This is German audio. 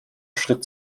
schritt